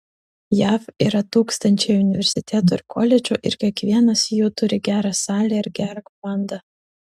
jav yra tūkstančiai universitetų ir koledžų ir kiekvienas jų turi gerą salę ir gerą komandą